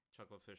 Chucklefish